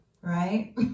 right